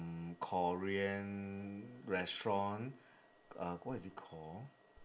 mm korean restaurant uh what is it called